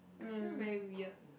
I feel very weird